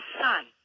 son